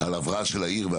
על ההבראה של העיר.